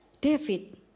David